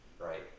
right